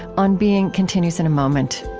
on being continues in a moment